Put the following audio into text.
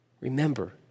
remember